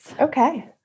Okay